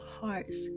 hearts